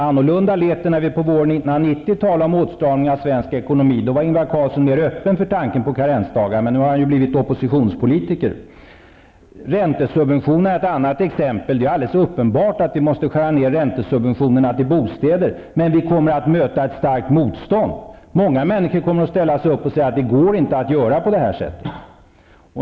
Annorlunda lät det, när vi på våren 1990 talade om åtstramning i svensk ekonomi -- då var Ingvar Carlsson mer öppen för tanken på karensdagar -- men nu har han ju blivit oppositionspolitiker. Räntesubventionerna är ett annat exempel. Det är uppenbart att vi måste skära ner räntesubventionerna till bostäder, men vi kommer att möta ett starkt motstånd. Många människor kommer att ställa sig upp och säga att det inte går att göra på det här sättet.